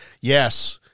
yes